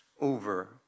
over